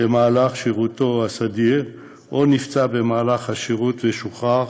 במהלך שירותו הסדיר, או נפצע במהלך השירות ושוחרר,